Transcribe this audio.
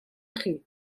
chi